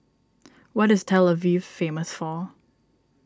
what is Tel Aviv famous for